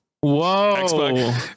Whoa